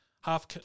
half